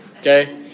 Okay